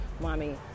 Mommy